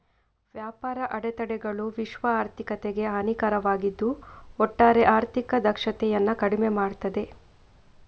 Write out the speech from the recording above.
ವ್ಯಾಪಾರ ಅಡೆತಡೆಗಳು ವಿಶ್ವ ಆರ್ಥಿಕತೆಗೆ ಹಾನಿಕಾರಕವಾಗಿದ್ದು ಒಟ್ಟಾರೆ ಆರ್ಥಿಕ ದಕ್ಷತೆಯನ್ನ ಕಡಿಮೆ ಮಾಡ್ತದೆ